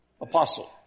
apostle